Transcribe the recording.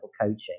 coaching